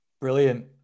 brilliant